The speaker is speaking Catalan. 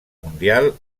mundial